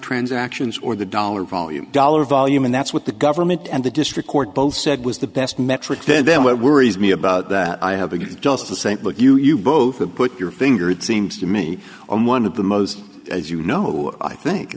transactions or the dollar volume dollar volume and that's what the government and the district court both said was the best metric then what worries me about that i have a good just to say look you you both have put your finger it seems to me on one of the most as you know i think